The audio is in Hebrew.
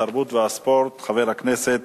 התרבות והספורט, חבר הכנסת